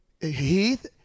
Heath